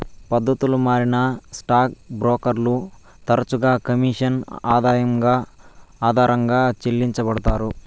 పద్దతులు మారినా స్టాక్ బ్రోకర్లు తరచుగా కమిషన్ ఆధారంగా చెల్లించబడతారు